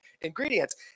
ingredients